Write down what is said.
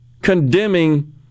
Condemning